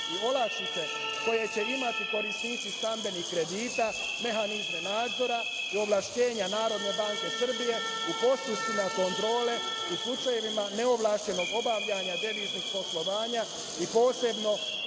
i olakšice koje će imati korisnici stambenih kredita, mehanizme nadzora i ovlašćenja NBS u postupcima kontrole u slučajevima neovlašćenog obavljanja deviznih poslovanja i posebno